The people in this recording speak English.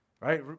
right